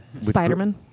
Spider-Man